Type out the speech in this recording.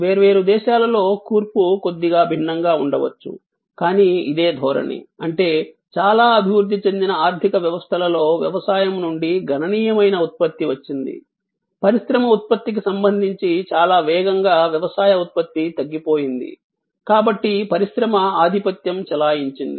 వేర్వేరు దేశాలలో కూర్పు కొద్దిగా భిన్నంగా ఉండవచ్చు కానీ ఇదే ధోరణి అంటే చాలా అభివృద్ధి చెందిన ఆర్థిక వ్యవస్థలలో వ్యవసాయం నుండి గణనీయమైన ఉత్పత్తి వచ్చింది పరిశ్రమ ఉత్పత్తికి సంబంధించి చాలా వేగంగా వ్యవసాయ ఉత్పత్తి తగ్గిపోయింది కాబట్టి పరిశ్రమ ఆధిపత్యం చెలాయించింది